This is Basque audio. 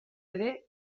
ere